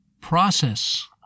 process